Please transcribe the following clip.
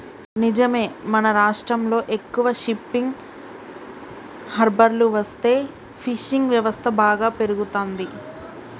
నిజమే మన రాష్ట్రంలో ఎక్కువ షిప్పింగ్ హార్బర్లు వస్తే ఫిషింగ్ వ్యవస్థ బాగా పెరుగుతంది